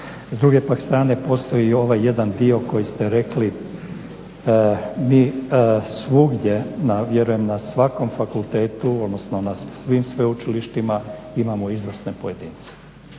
S druge pak strane postoji ovaj jedan dio koji ste rekli, mi svugdje, vjerujem na svakom fakultetu odnosno na svim sveučilištima imamo izvrsne pojedince